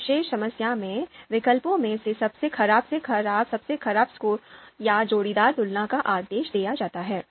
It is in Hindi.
इस विशेष समस्या में विकल्पों में से सबसे खराब से सबसे खराब स्कोर या जोड़ीदार तुलना का आदेश दिया जाता है